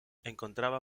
encontraba